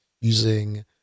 using